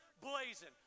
blazing